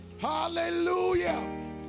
Hallelujah